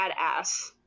badass